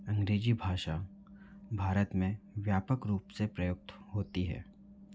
अंग्रेज़ी भाषा भारत में व्यापक रूप से प्रयुक्त होती है